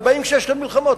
ובאים כשיש כאן מלחמות,